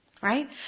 right